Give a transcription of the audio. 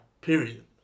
Period